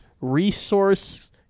resource